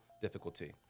difficulty